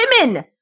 Women